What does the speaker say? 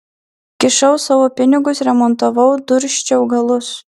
kišau savo pinigus remontavau dursčiau galus